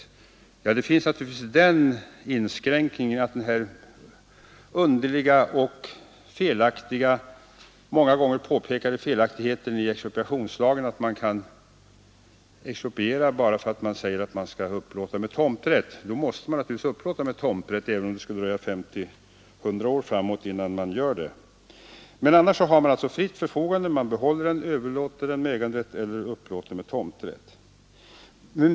En inskränkning finns naturligtvis; det gäller den underliga och många gånger påpekade felaktigheten i expropriationslagen att man kan expropriera bara därför att man säger att man skall upplåta fastigheten med tomträtt. Då måste man naturligtvis upplåta fastigheten med tomträtt även om det skulle dröja 50 eller 100 år innan man gör det. Men annars har kommunen alltså fritt förfogande — man kan behålla fastigheten, man kan överlåta den med äganderätt eller man kan upplåta den med tomträtt.